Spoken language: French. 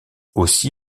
aussi